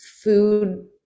food